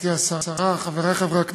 גברתי השרה, חברי חברי הכנסת,